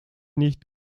nicht